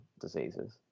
diseases